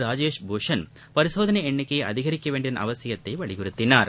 ராஜேஷ் பூஷன் பரிசோதனை எண்ணிக்கையை அதிகிக்க வேண்டியதன் அவசியத்தை வலியுறுத்தினார்